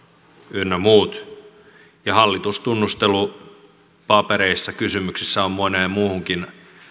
ynnä muut hallitustunnustelupapereissa kysymyksissä on moneen muuhunkin